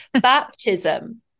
baptism